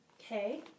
Okay